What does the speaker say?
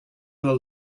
del